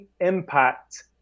impact